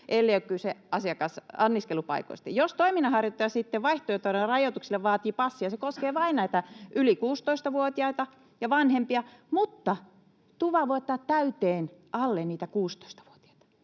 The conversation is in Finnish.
ellei ole kyse anniskelupaikoista. Jos toiminnanharjoittaja sitten vaihtoehtona rajoituksille vaatii passia, se koskee vain näitä yli 16‑vuotiaita ja vanhempia, mutta tuvan voi ottaa täyteen niitä alle 16‑vuotiaita.